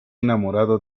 enamorado